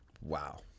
wow